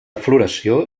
floració